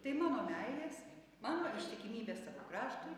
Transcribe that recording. tai mano meilės mano ištikimybės savo kraštui